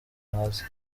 hasi